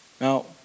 Now